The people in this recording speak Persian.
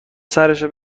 سرشو